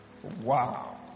Wow